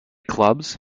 clubs